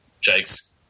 Jake's